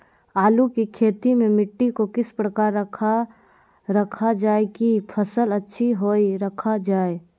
आलू की खेती में मिट्टी को किस प्रकार रखा रखा जाए की फसल अच्छी होई रखा जाए?